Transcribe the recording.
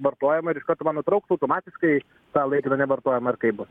vartojimą ir iš karto man nutrauks automatiškai tą laikiną nevartoją ar kaip bus